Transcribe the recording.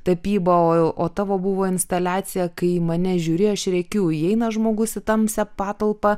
tapybą o o tavo buvo instaliacija kai į mane žiūri aš rėkiu įeina žmogus į tamsią patalpą